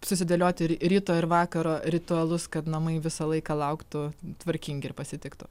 susidėlioti ryto ir vakaro ritualus kad namai visą laiką lauktų tvarkingi ir pasitiktų